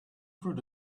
through